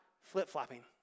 flip-flopping